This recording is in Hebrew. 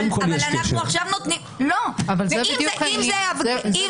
אבל אנחנו עכשיו נותנים --- קודם כול, יש קשר.